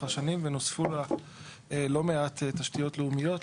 השנים ונוספו לה לא מעט תשתיות לאומיות,